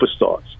superstars